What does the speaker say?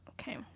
Okay